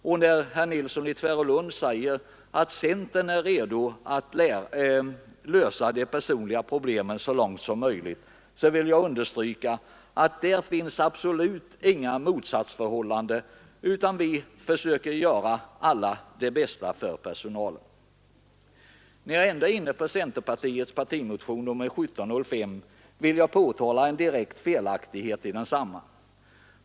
Och när herr Nilsson i Tvärålund säger att centerpartiet är redo att lösa de personliga problemen så långt det är möjligt, så vill jag understryka att där finns absolut inga motsatsförhållanden, och vi försöker alla göra det bästa för personalen. När jag ändå är inne på centerpartiets motion nr 1705 vill jag påtala en direkt felaktighet i densamma.